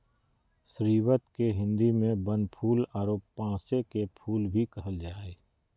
स्रीवत के हिंदी में बनफूल आरो पांसे के फुल भी कहल जा हइ